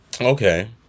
Okay